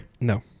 No